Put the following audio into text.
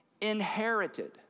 inherited